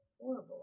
horrible